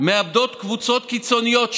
מאבדות קבוצות קיצוניות,